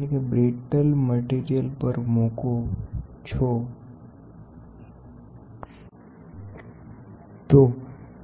જો તમે તેને બરડ પદાર્થ પર મૂકો છો તો